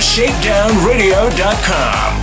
ShakedownRadio.com